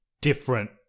different